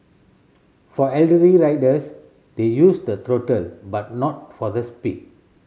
for elderly riders they use the throttle but not for the speed